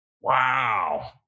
Wow